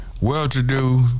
well-to-do